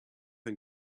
and